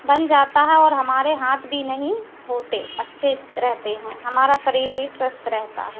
बन जाता है और हमारे हाथ भी नहीं होते अच्छे रहते हैं हमारा शरीर भी स्वस्थ रहता है